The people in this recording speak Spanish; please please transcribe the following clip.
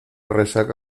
resaca